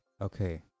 okay